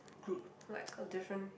group like a different